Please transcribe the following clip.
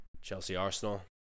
Chelsea-Arsenal